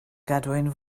gadwyn